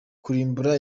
kurimbura